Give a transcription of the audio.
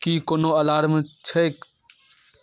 की कोनो अलार्म छैक